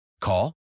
Call